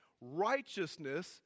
Righteousness